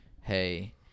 Hey